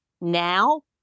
now